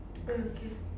okay